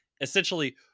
essentially